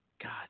God